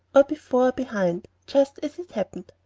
or before or behind, just as it happened.